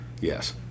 Yes